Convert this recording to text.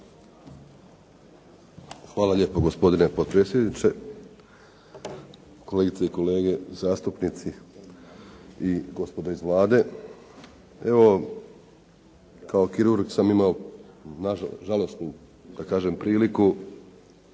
Hvala lijepo gospodine potpredsjedniče. Kolegice i kolege zastupnici i gospodo iz Vlade. Kao kirurg sam imao žalosnu da kažem priliku